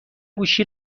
گوشی